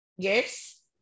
Yes